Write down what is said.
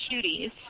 cuties